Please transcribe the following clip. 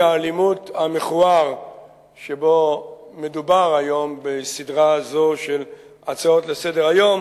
האלימות המכוער שבו מדובר היום בסדרה זו של הצעות לסדר-היום,